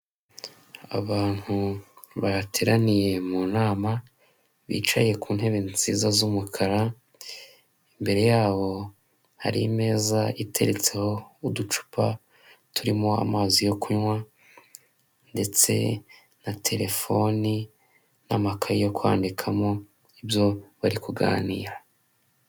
Abantu bateraniye mu nama bicaye ku ntebe nziza z'umukara, imbere yabo hari imeza iteretseho uducupa turimo amazi yo kunywa ndetse na telefoni n'amakaye yo kwandikamo ibyo bari kuganira.